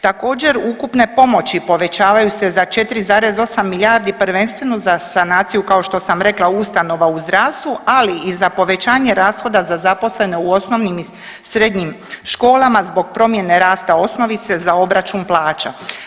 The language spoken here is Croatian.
Također ukupne pomoći povećavaju se za 4,8 milijardi prvenstveno za sanaciju kao što sam rekla ustanova u zdravstvu, ali i za povećanje rashoda za zaposlene u osnovnim i srednjim školama zbog promjene rasta osnovice za obračun plaća.